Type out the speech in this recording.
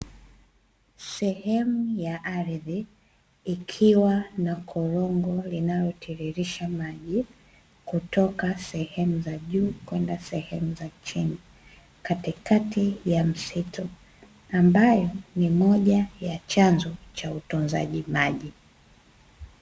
Sehemu ya ardhi ikiwa na korongo linalotiririsha maji kutoka sehemu za juu kwenda sehemu za chini katikati ya msitu ambayo ni moja ya chanzo cha utunzaji maji.